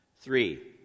Three